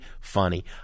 funny